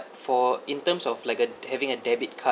for in terms of like uh having a debit card